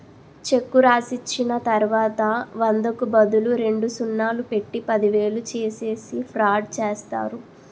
చెక్కు రాసిచ్చిన తర్వాత వందకు బదులు రెండు సున్నాలు పెట్టి పదివేలు చేసేసి ఫ్రాడ్ చేస్తారు